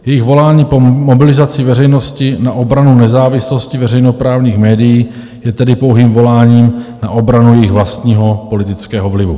Jejich volání po mobilizaci veřejnosti na obranu nezávislosti veřejnoprávních médií je tedy pouhým voláním na obranu jejich vlastního politického vlivu.